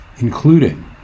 Including